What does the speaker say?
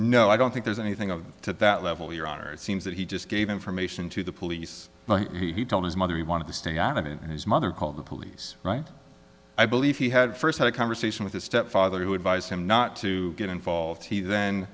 no i don't think there's anything of it at that level your honor it seems that he just gave information to the police he told his mother he wanted to stay at home and his mother called the police right i believe he had first had a conversation with his stepfather who advised him not to get involved he then